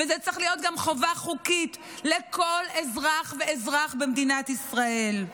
והוא צריך להיות גם חובה חוקית לכל אזרח ואזרח במדינת ישראל.